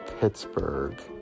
Pittsburgh